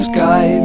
Sky